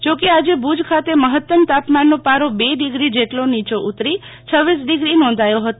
જો કે આજે ભુજ ખાતે મફતમ તાપમાન નો પારી બે ડીગ્રી જેટલો નીચો ઉતરી રક ડીગ્રી નોધાયો ફતો